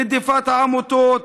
רדיפת העמותות,